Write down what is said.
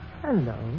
Hello